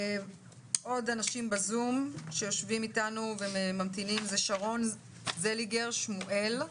עוד מהאנשים בזום שיושבים איתנו וממתינים זה שרון זליגר שמואל,